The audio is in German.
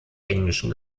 englischen